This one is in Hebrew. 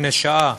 לפני שעה.